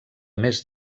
més